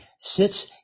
sits